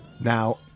now